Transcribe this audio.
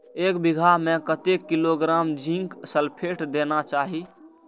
एक बिघा में कतेक किलोग्राम जिंक सल्फेट देना चाही?